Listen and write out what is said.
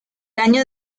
año